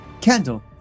candle